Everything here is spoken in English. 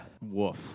woof